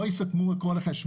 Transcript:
לא יספקו את כל החשמל,